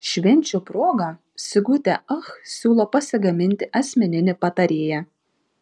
švenčių proga sigutė ach siūlo pasigaminti asmeninį patarėją